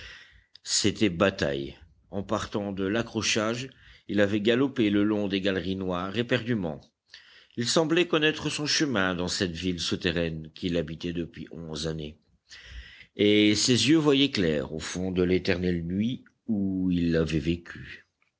c'était bataille en partant de l'accrochage il avait galopé le long des galeries noires éperdument il semblait connaître son chemin dans cette ville souterraine qu'il habitait depuis onze années et ses yeux voyaient clair au fond de l'éternelle nuit où il avait vécu